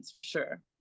sure